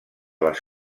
les